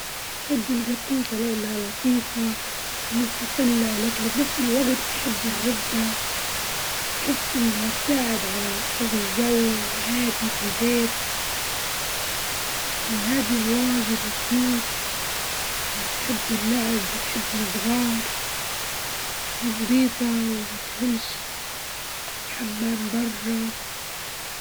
ني بدي نزور نيوزلندا، لإنها معروفة بكل بالطبيعة معروفة بالطبيعة الخلابة والمناطق الطبيعية الجميلة ونحسها مكان مثالي للاسترخاء و الاستجمام والاستمتاع بالمناظر.